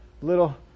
Little